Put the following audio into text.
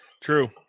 true